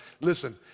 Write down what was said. Listen